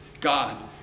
God